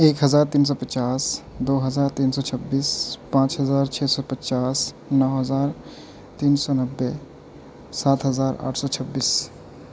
ایک ہزار تین سو پچاس دو ہزار تین سو چھبیس پانچ ہزار چھ سو پچاس نو ہزار تین سو نبے سات ہزار آٹھ سو چھبیس